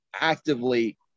actively